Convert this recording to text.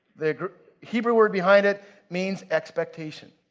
the hebrew word behind it means, expectation.